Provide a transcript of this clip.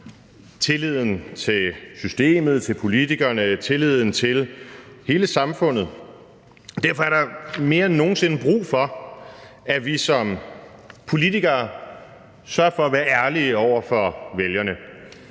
tilliden til systemet, til politikerne, tilliden til hele samfundet. Derfor er der mere end nogen sinde brug for, at vi som politikere sørger for at være ærlige over for vælgerne,